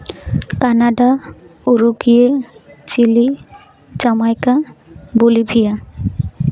Canada Uruguay Chile Jamaica Bolivia